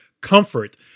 comfort